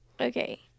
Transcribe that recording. Okay